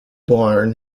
born